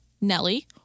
Nelly